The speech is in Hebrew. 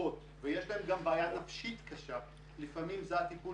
במחלקות ויש להם גם בעיה נפשית קשה לפעמים זה הטיפול